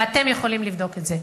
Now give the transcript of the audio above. ואתם יכולים לבדוק את זה.